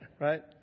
right